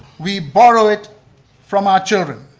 we borrow it from our children.